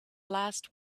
last